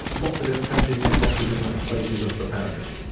lots of different countries in lots of different places of preparatory.